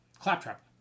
claptrap